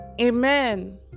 Amen